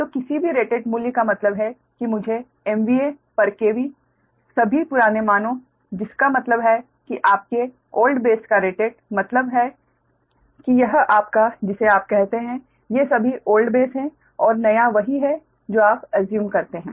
तो किसी भी रेटेड मूल्य का मतलब है कि मुझे MVA पर KV सभी पुराने मानों जिसका मतलब है कि आपके ओल्ड बेस का रेटेड मतलब है कि यह आपका जिसे आप कहते हैं ये सभी ओल्ड बेस हैं और नया वही है जो आप अस्यूम करते हैं